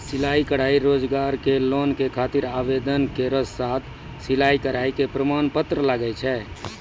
सिलाई कढ़ाई रोजगार के लोन के खातिर आवेदन केरो साथ सिलाई कढ़ाई के प्रमाण पत्र लागै छै?